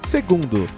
Segundo